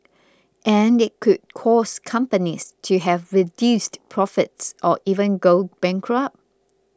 and it could cause companies to have reduced profits or even go bankrupt